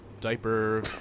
diaper